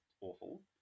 awful